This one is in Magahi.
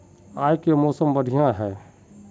आय के मौसम बढ़िया है?